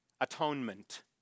atonement